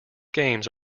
games